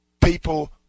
people